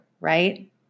right